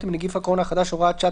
עם נגיף הקורונה החדש (הוראת שעה),